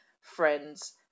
friends